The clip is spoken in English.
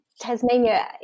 Tasmania